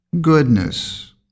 goodness